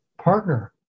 partner